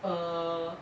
err